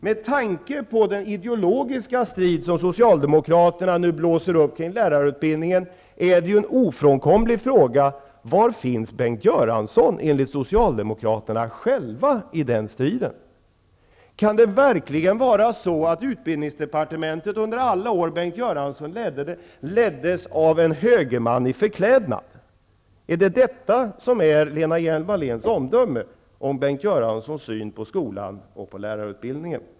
Med tanke på den ideologiska strid som Socialdemokraterna nu blåser upp kring lärarutbildningen är det ofrånkomligt att fråga: Var finns Bengt Göransson i den striden enligt Socialdemokraterna själva? Kan det verkligen vara så, att utbildningsdepartementet alla år under Bengt Göranssons ledning leddes av en högerman i förklädnad? Är det Lena Hjelm-Walléns omdöme om Bengt Göranssons syn på skolan och lärarutbildningen?